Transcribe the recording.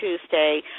Tuesday